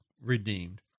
redeemed